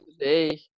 today